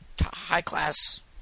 high-class